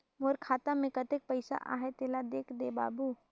मोर खाता मे कतेक पइसा आहाय तेला देख दे बाबु?